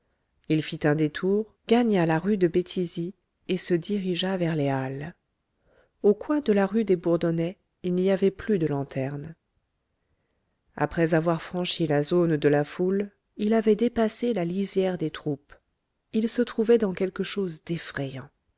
il fit un détour gagna la rue de béthisy et se dirigea vers les halles au coin de la rue des bourdonnais il n'y avait plus de lanternes après avoir franchi la zone de la foule il avait dépassé la lisière des troupes il se trouvait dans quelque chose d'effrayant